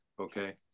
Okay